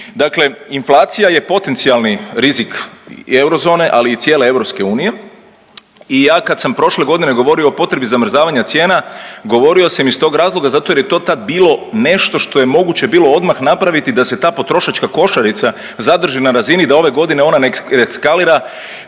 Dakle inflacija je potencijalni rizik eurozone, ali i cijele EU i ja kad sam prošle godine govorio o potrebi zamrzavanja cijena, govorio sam iz tog razloga zato jer je to tad bilo nešto što je moguće bilo odmah napraviti da se ta potrošačka košarica zadrži na razini da ove godine ona ne eskalira